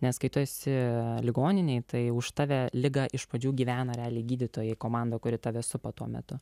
nes kai tu esi ligoninėj tai už tave ligą iš pradžių gyvena realiai gydytojai komanda kuri tave supa tuo metu